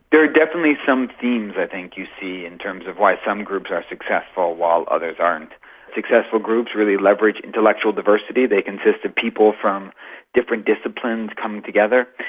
there are definitely some themes i think you see in terms of why some groups are successful while others aren't successful groups really leveraged intellectual diversity. they consist of people from different disciplines coming together.